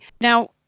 Now